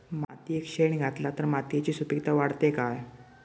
मातयेत शेण घातला तर मातयेची सुपीकता वाढते काय?